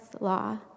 law